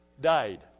died